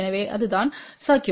எனவே அதுதான் சர்க்யூட்